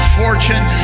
fortune